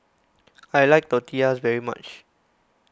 I like Tortillas very much